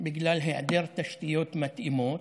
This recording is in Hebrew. בגלל היעדר תשתיות מתאימות,